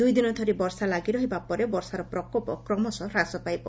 ଦୁଇଦିନ ଧରି ବର୍ଷା ଲାଗି ରହିବା ପରେ ବର୍ଷାର ପ୍ରକୋପ କ୍ରମଶଃ ହ୍ରାସ ପାଇବ